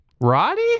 Roddy